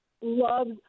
loves